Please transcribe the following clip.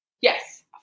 Yes